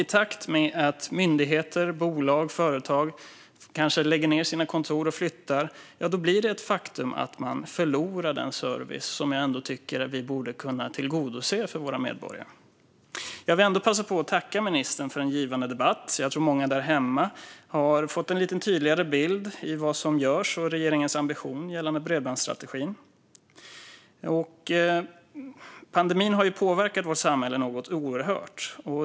I takt med att myndigheter, bolag och företag kanske lägger ned sina kontor och flyttar blir det ett faktum att man förlorar den service som jag ändå tycker att vi borde kunna tillgodose för våra medborgare. Jag vill ändå passa på att tacka ministern för en givande debatt. Jag tror att många där hemma har fått en lite tydligare bild av vad som görs och regeringens ambition gällande bredbandsstrategin. Pandemin har ju påverkat vårt samhälle något oerhört.